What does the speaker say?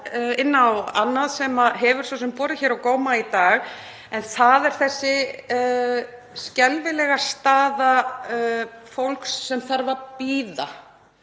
inn á annað sem hefur borið á góma í dag en það er sú skelfilega staða fólks sem þarf að bíða